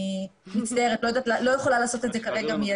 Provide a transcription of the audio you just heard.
אני מצטערת, לא יכולה לעשות את זה כרגע מיידית.